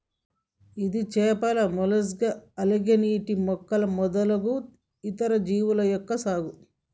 ఇది చేపలు, mollusca, algae, నీటి మొక్కలు మొదలగు ఇతర జీవుల యొక్క సాగు